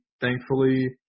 thankfully